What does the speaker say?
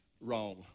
Wrong